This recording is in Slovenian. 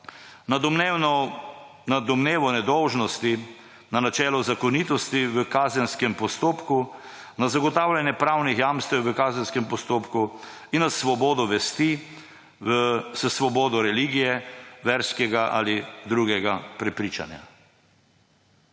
na domnevo nedolžnosti, na načelo zakonitosti v kazenskem postopku, na zagotavljanje pravnih jamstev v kazenskem postopku in na svobodo vesti s svobodo religije verskega ali drugega prepričanja.